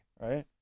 right